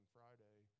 Friday